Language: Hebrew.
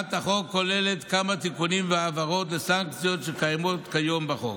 הצעת החוק כוללת כמה תיקונים והבהרות לסנקציות שקיימות כיום בחוק.